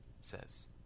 says